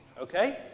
Okay